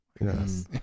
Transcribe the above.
Yes